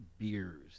beers